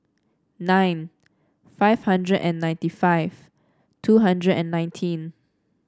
nine five hundred and ninety five two hundred and nineteen